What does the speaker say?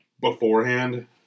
beforehand